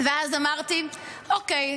ואז אמרתי, אוקיי,